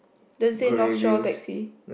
that's no shore taxi